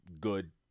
good